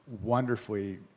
wonderfully